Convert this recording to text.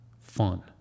fun